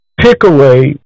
Pickaway